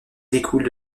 découle